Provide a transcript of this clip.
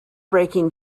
breaking